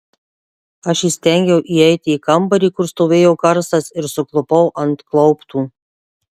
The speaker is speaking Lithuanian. aš įstengiau įeiti į kambarį kur stovėjo karstas ir suklupau ant klauptų